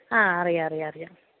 ആ അറിയാം അറിയാം അറിയാം